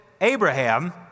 Abraham